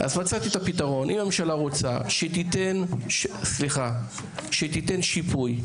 אם הממשלה רוצה, שתיתן שיפוי.